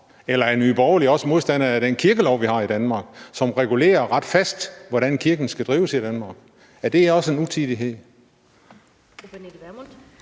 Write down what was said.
Eller er Nye Borgerlige også modstandere af den kirkelov, vi har i Danmark, som regulerer ret fast, hvordan kirken skal drives i Danmark? Er det også en utidighed?